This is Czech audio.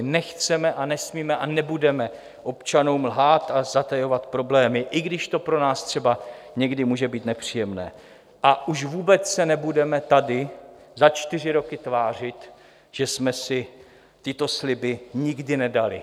Nechceme a nesmíme a nebudeme občanům lhát a zatajovat problémy, i když to pro nás třeba někdy může být nepříjemné, a už vůbec se nebudeme tady za čtyři roky tvářit, že jsme si tyto sliby nikdy nedali.